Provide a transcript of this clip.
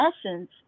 essence